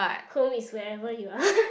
home is wherever you are